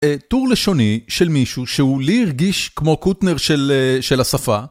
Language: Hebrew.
טור לשוני של מישהו שהוא לי הרגיש כמו קוטנר של השפה.